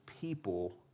people